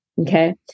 Okay